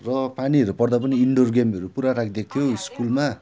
र पानीहरू पर्दा पनि इन्डोर गेमहरू पुरा राखिदिएको थियो स्कुलमा